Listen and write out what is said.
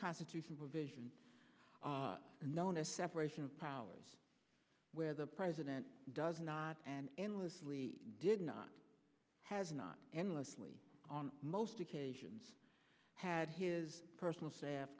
constitution provision known as separation of powers where the president does not and endlessly did not has not endlessly on most occasions had his personal s